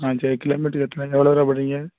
ஆ சரி கிலோ மீட்டருக்கு எத்தனை எவ்வளோ ரூபாய் போடுறீங்க